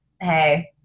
Hey